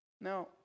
Now